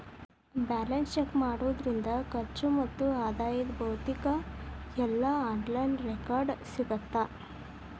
balance check ಮಾಡೋದ್ರಿಂದ ಖರ್ಚು ಮತ್ತ ಆದಾಯದ್ ಭೌತಿಕ ಇಲ್ಲಾ ಆನ್ಲೈನ್ ರೆಕಾರ್ಡ್ಸ್ ಸಿಗತ್ತಾ